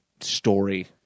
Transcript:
story